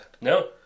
No